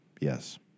Yes